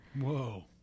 Whoa